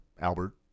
Albert